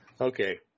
okay